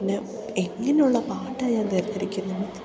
പിന്നെ എങ്ങനെയുള്ള പാട്ടാണ് ഞാൻ തിരഞ്ഞെടുക്കുന്നത്